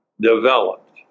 developed